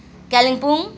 Kalimpong